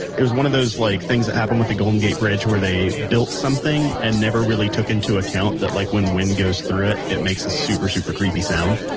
it was one of those like things that happened with the golden gate bridge, where they built something, and never really took into account that, like when wind goes through it, it makes a super, super creepy sound.